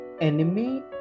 enemy